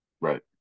Right